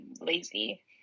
lazy